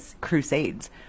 Crusades